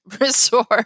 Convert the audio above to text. resort